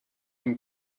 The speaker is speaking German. dem